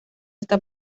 está